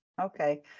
Okay